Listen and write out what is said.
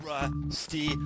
Rusty